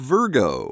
Virgo